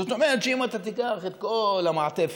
זאת אומרת שאם אתה תיקח את כל המעטפת,